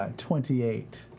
um twenty eight.